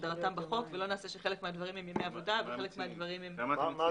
כהגדרתם בחוק ולא נעשה שחלק מהדברים הם ימי עבודה וחלק מהדברים לא.